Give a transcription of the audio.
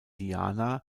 diana